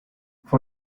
for